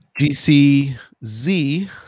GCZ